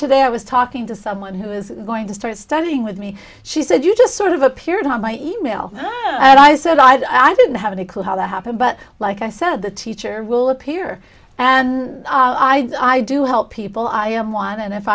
today i was talking to someone who is going to start studying with me she said you just sort of appeared on my email and i said i didn't have any clue how that happened but like i said the teacher will appear and i do help people i am one and if